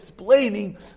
Explaining